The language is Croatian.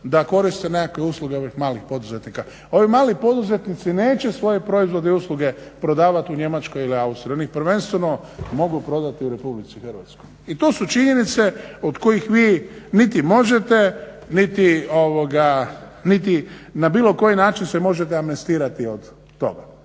da koriste nekakve usluge malih poduzetnika. Ovi mali poduzetnici neće svoje proizvode i usluge prodavat u Njemačkoj ili Austriji, oni ih prvenstveno mogu prodati u Republici Hrvatskoj. I to su činjenice od kojih vi niti možete, niti na bilo koji način se možete amnestirati od toga.